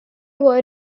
were